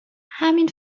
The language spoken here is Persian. همین